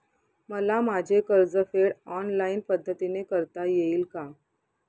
मला माझे कर्जफेड ऑनलाइन पद्धतीने करता येईल का?